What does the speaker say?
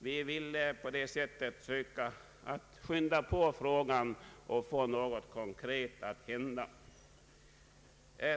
Vi ville på detta sätt söka skynda på ärendet och få någonting konkret att hända.